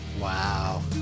Wow